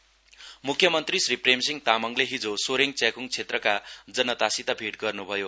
CM म्ख्यमन्त्री श्री प्रेमसिंह तामाङले हिजो सोरेङ च्याख्ङ क्षेत्रका जनतासित भेट गर्न्भयो